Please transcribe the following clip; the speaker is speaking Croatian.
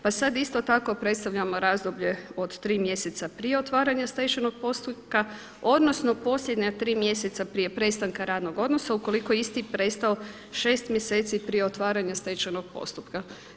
Pa sada isto tako predstavljamo razdoblje od 3 mjeseca prije otvaranja stečajnog postupka, odnosno posljednja 3 mjeseca prije prestanka radnog odnosa ukoliko je isti prestao 6 mjeseci prije otvaranja stečajnog postupka.